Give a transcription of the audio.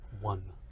One